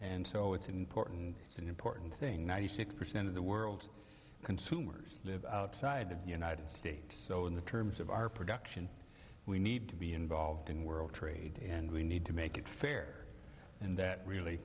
and so it's important it's an important thing ninety six percent of the world's consumers live outside of the united states so in the terms of our production we need to be involved in world trade and we need to make it fair and that really